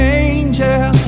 angel